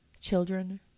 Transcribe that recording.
children